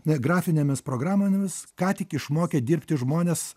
ne grafinėmis programomis ką tik išmokę dirbti žmones